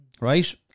right